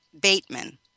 Bateman